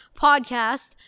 podcast